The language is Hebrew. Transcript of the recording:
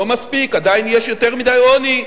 לא מספיק, עדיין יש יותר מדי עוני.